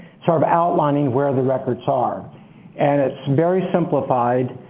sort of outlining where the records are and it's very simplified.